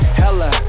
hella